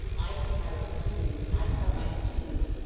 i can have a student, i can have my students,